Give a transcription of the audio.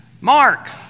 Mark